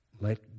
Let